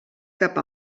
cap